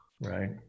Right